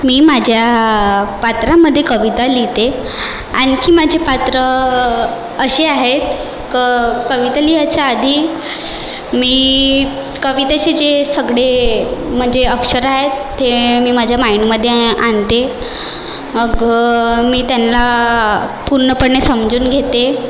मी माझ्या पात्रामध्ये कविता लिहिते आणखी माझे पात्रं असे आहेत क कविता लिहायच्या आधी मी कवितेशी जे सगळे म्हणजे अक्षरं आहेत ते मी माझ्या माईंडमध्ये आणते मग मी त्यांना पूर्णपणे समजून घेते